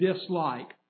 dislike